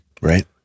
Right